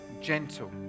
gentle